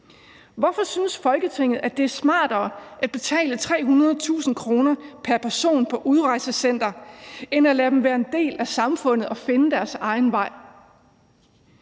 Hvorfor synes Folketinget, at det er smartere at betale 300.000 kr. pr. person på et udrejsecenter end at lade dem være en del af samfundet og finde deres egen vej?